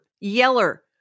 Yeller